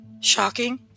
Shocking